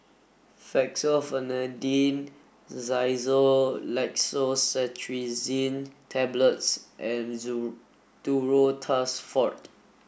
Fexofenadine Xyzal Levocetirizine Tablets and Duro Tuss Forte